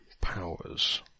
powers